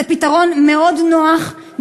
זה פתרון מאוד נוח,